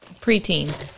preteen